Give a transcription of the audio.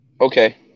Okay